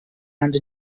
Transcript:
and